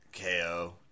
KO